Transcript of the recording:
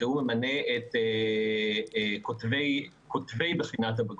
שהוא ממנה את כותבי בחינת הבגרות.